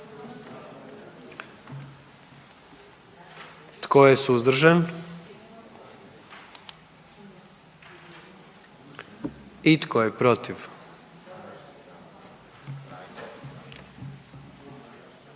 Tko je suzdržan? I tko je protiv?